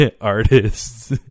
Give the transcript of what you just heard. artists